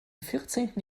vierzehnten